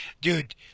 Dude